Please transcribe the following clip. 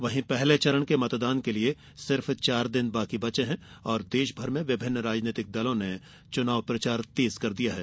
वहीं पहले चरण के मतदान के लिए सिर्फ चार दिन बचे हैं और देशभर में विभिन्न राजनीतिक दलों ने चुनाव प्रचार तेज कर दिया है